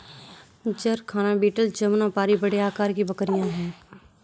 जरखाना बीटल जमुनापारी बड़े आकार की बकरियाँ हैं